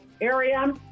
area